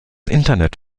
internet